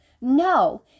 no